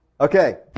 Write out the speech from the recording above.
Okay